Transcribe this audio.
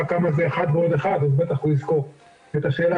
כמה זה אחד ועוד אחד ואז בטח הוא יזכור את השאלה